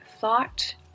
thought